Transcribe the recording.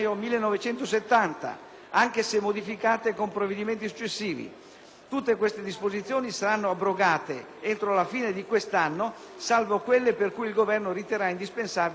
Tutte queste disposizioni saranno abrogate entro la fine di questo anno, salvo quelle per cui il Governo riterrà indispensabile la permanenza in vigore mediante l'adozione di opportuni decreti legislativi.